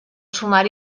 sumar